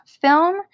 film